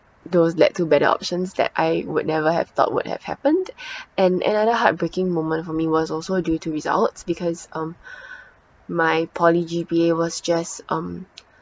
those led to better options that I would never have thought would have happened and another heartbreaking moment for me was also due to results because um my poly G_P_A was just um